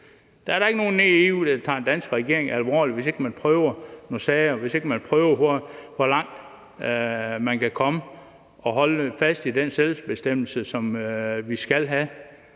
Der er da ikke nogen nede i EU, der tager den danske regering alvorligt, hvis ikke man tager nogle prøvesager, hvis ikke man prøver at se, hvor langt man kan komme, og holder fast i den selvbestemmelse, som vi skal have,